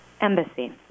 Embassy